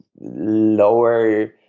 lower